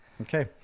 Okay